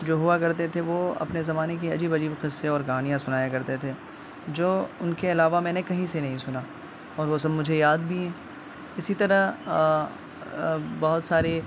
جو ہوا کرتے تھے وہ اپنے زمانے کے عجیب عجیب قصے اور کہانیاں سنایا کرتے تھے جو ان کے علاوہ میں نے کہیں سے نہیں سنا اور وہ سب مجھے یاد بھی ہے اسی طرح بہت ساری